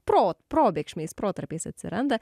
pro probėgšmiais protarpiais atsiranda